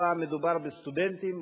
הפעם מדובר בסטודנטים,